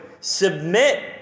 submit